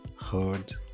heard